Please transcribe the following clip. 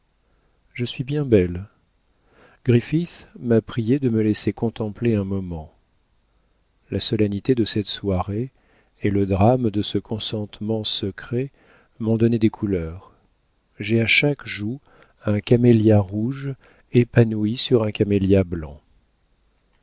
je suis bien belle griffith m'a priée de me laisser contempler un moment la solennité de cette soirée et le drame de ce consentement secret m'ont donné des couleurs j'ai à chaque joue un camélia rouge épanoui sur un camélia blanc